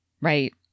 right